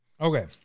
okay